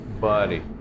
buddy